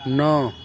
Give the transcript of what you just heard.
نو